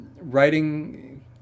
Writing